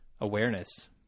awareness